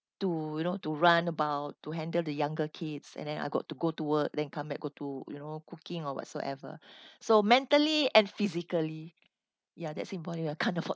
to you know to run about to handle the younger kids and then I got to go to work then come back go to you know cooking or whatsoever so mentally and physically ya that same volume I can't afford